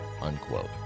unquote